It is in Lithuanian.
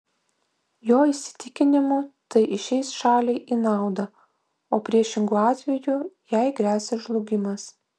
jo įsitikinimu tai išeis šaliai į naudą o priešingu atveju jai gresia žlugimas